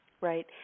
Right